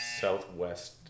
southwest